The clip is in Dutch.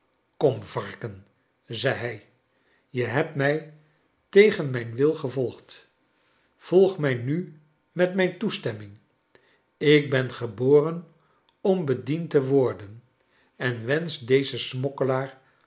kom varken zei hij je hebt mij tegen mijn wil gevolgd volg mij nu met mijn toestemming ik ben geboren om bediend te worden en wensch dezen